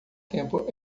tempo